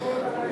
(קוראת בשמות חברי הכנסת)